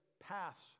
paths